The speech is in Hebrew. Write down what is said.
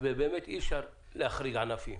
שבאמת אי אפשר להחריג ענפים